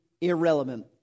irrelevant